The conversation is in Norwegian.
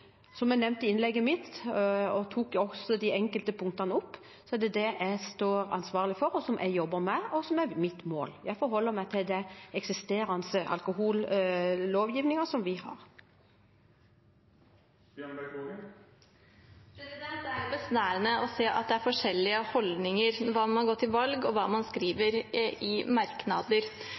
som jeg nevnte i innlegget mitt, hvor jeg også tok opp de enkelte punktene. Det er det jeg står ansvarlig for, som jeg jobber med, og som er mitt mål. Jeg forholder meg til den eksisterende alkohollovgivningen. Det er jo besnærende å se at det er forskjellige holdninger – hva man har gått til valg på, og hva man skriver i merknader